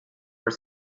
were